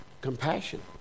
Compassion